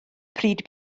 pryd